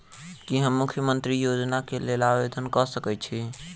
की हम मुख्यमंत्री योजना केँ लेल आवेदन कऽ सकैत छी?